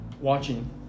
watching